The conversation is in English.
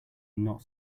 not